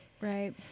Right